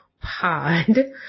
pod